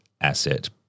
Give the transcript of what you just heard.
asset